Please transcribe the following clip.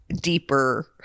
deeper